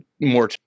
more